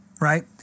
right